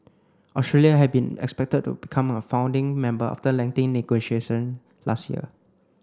Australia had been expected to become a founding member after lengthy negotiation last year